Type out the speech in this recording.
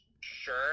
Sure